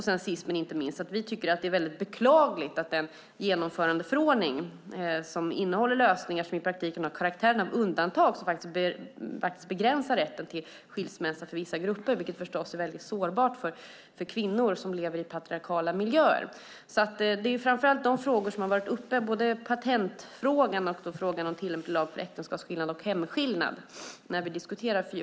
Sist men inte minst tycker vi att det är beklagligt att genomförandeförordningen innehåller lösningar som i praktiken har karaktären av undantag som faktiskt begränsar rätten till skilsmässa för vissa grupper, vilket förstås är väldigt sårbart för kvinnor som lever i patriarkala miljöer. De frågor som framför allt är uppe när vi diskuterar fördjupat samarbete är både patentfrågan och frågan om tillämplig lag för äktenskapsskillnad och hemskillnad.